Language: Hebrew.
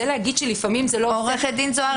עו"ד זוארץ,